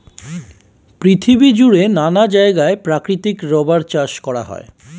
পৃথিবী জুড়ে নানা জায়গায় প্রাকৃতিক রাবার চাষ করা হয়